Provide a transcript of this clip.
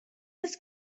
this